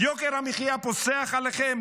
יוקר המחיה פוסח עליכם?